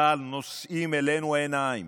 אבל נושאים אלינו עיניים.